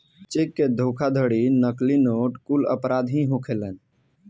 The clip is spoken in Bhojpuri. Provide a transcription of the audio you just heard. चेक के धोखाधड़ी, नकली नोट कुल अपराध ही होखेलेन